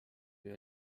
või